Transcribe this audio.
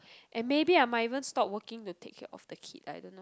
and maybe I might even stop working to take care of the kid I don't know